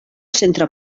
centre